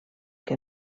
que